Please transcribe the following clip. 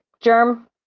germ